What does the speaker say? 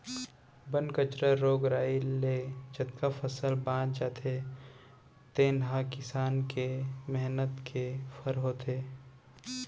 बन कचरा, रोग राई ले जतका फसल बाँच जाथे तेने ह किसान के मेहनत के फर होथे